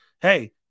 Hey